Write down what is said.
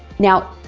now,